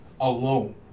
alone